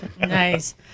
Nice